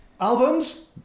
Albums